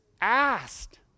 asked